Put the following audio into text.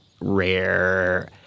rare